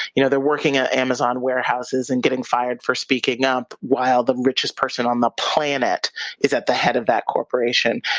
you know they're working at amazon warehouses and getting fired for speaking up while the richest person on the planet is at the head of that corporation.